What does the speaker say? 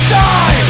die